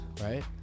right